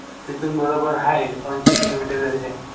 तिथून बरोबर आहे ऐंशी किलोमीटर जरी हाय